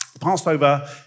Passover